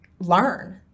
learn